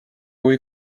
kui